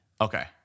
Okay